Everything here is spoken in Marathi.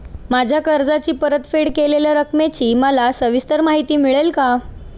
माझ्या कर्जाची परतफेड केलेल्या रकमेची मला सविस्तर माहिती मिळेल का?